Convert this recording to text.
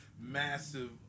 massive